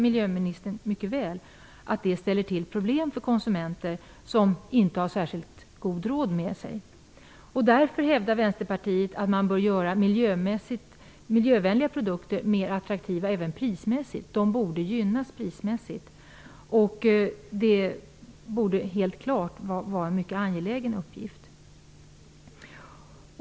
Miljöministern vet ju mycket väl att det ställer till problem för konsumenter som inte har fått så mycket information. Därför hävdar Vänsterpartiet att man bör göra miljövänliga produkter mer attraktiva även prismässigt. De borde gynnas prismässigt, och det borde vara en mycket angelägen uppgift.